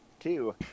Two